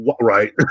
right